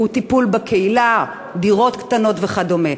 הוא טיפול בקהילה, דירות קטנות וכדומה.